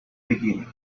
beginning